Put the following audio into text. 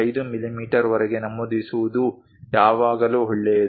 5 ಮಿಮೀ ವರೆಗೆ ನಮೂದಿಸುವುದು ಯಾವಾಗಲೂ ಒಳ್ಳೆಯದು